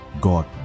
God